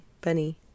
Bunny